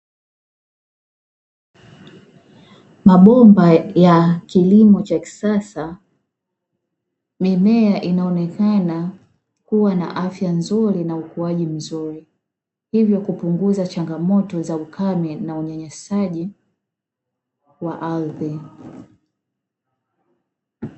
Mabomba ya kilimo cha kisasa, mimea inaonekana kuwa na afya nzuri na ukuaji mzuri, hivyo kupunguza changamoto za ukame na unyanyasaji wa ardhi.